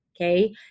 okay